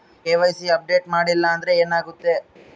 KYC update ಮಾಡಿಲ್ಲ ಅಂದ್ರೆ ಏನಾಗುತ್ತೆ?